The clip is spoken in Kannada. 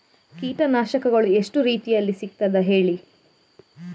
ಕೀಟನಾಶಕಗಳು ಎಷ್ಟು ರೀತಿಯಲ್ಲಿ ಸಿಗ್ತದ ಹೇಳಿ